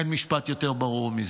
אין משפט יותר ברור מזה.